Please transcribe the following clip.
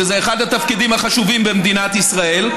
שזה אחד התפקידים החשובים במדינת ישראל.